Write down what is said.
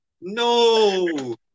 No